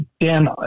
Dan